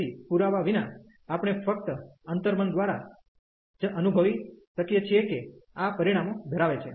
તેથી પુરાવા વિના આપણે ફક્ત અંતર્મન દ્વારા જ અનુભવી શકીએ છીએ કે આ પરિણામો ધરાવે છે